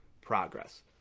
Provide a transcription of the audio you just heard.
progress